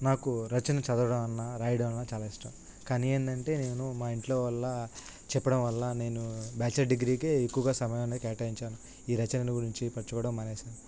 నాకు రచనలు చదవడం అన్నా రాయడం అన్నా చాలా ఇష్టం కానీ ఏంటంటే నేను మా ఇంట్లో వాళ్ళు చెప్పడం వల్ల నేను బ్యాచలర్ డిగ్రీకే ఎక్కువగా సమయాన్ని కేటాయించాను ఈ రచనను గురించి పంచుకోవడం మానేశాను